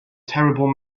terrible